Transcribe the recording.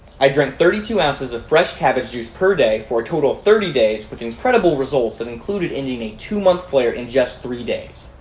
i drank thirty two ounces of fresh cabbage juice per day for a total of thirty days with incredible results that included ending a two-month flare in just three days.